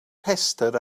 rhestr